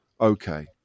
okay